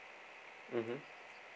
mmhmm